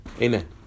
Amen